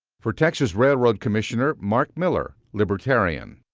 for texas railroad commissioner, mark miller, libertarian.